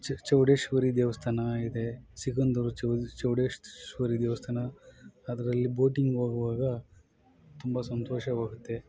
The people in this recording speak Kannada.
ಚ ಚೌಡೇಶ್ವರಿ ದೇವಸ್ಥಾನ ಇದೆ ಸಿಗಂದೂರು ಚೌಡೇಶ್ವರಿ ದೇವಸ್ಥಾನ ಅದರಲ್ಲಿ ಬೋಟಿಂಗ್ ಹೋಗುವಾಗ ತುಂಬ ಸಂತೋಷವಾಗುತ್ತೆ